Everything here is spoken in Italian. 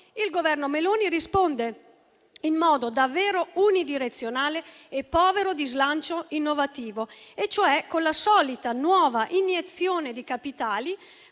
il Governo Meloni risponde in modo davvero unidirezionale e povero di slancio innovativo, cioè con la solita nuova iniezione di capitali